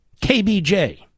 KBJ